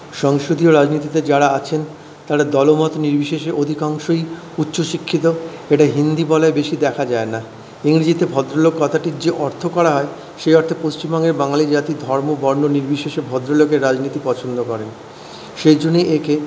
সংসদীয় রাজনীতিতে যারা আছেন তারা দল মত নির্বিশেষে অধিকাংশই উচ্চ শিক্ষিত এটা হিন্দি বলয়ে বেশি দেখা যায় না ইংরেজিতে ভদ্রলোক কথাটির যে অর্থ করা হয় সে অর্থে পশ্চিমবঙ্গে বাঙালি জাতি ধর্ম বর্ণ নির্বিশেষে ভদ্রলোকের রাজনীতি পছন্দ করেন সেই জন্যই একে